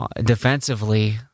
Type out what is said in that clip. defensively